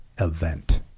event